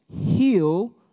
heal